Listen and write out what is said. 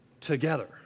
together